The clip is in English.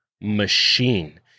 machine